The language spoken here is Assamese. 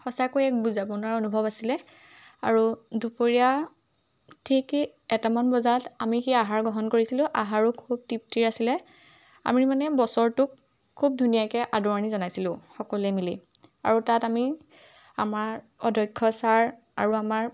সঁচাকৈ এক বুজাব অনুভৱ আছিলে আৰু দুপৰীয়া ঠিক এটামান বজাত আমি সেই আহাৰ গ্ৰহণ কৰিছিলোঁ আহাৰো খুব তৃপ্তিৰ আছিলে আমি মানে বছৰটোক খুব ধুনীয়াকে আদৰণি জনাইছিলোঁ সকলোৱে মিলি আৰু তাত আমি আমাৰ অধ্যক্ষ চাৰ আৰু আমাৰ